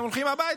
הם הולכים הביתה,